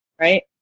Right